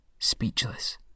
speechless